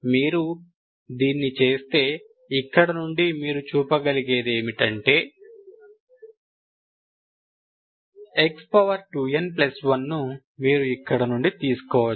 మీరు దీన్ని చేస్తే ఇక్కడి నుండి మీరు చూపగలిగేది ఏమిటంటే x2n1 ను మీరు ఇక్కడ నుండి తీసుకోవచ్చు